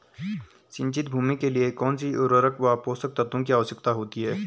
सिंचित भूमि के लिए कौन सी उर्वरक व पोषक तत्वों की आवश्यकता होती है?